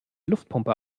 luftpumpe